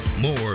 More